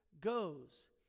goes